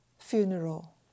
funeral